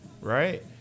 right